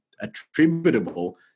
attributable